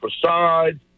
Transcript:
facade